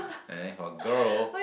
and then for girl